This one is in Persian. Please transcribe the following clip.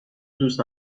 دوست